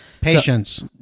Patience